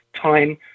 Time